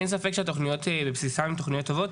אין ספק שהתכניות בבסיסן הן תכניות טובות,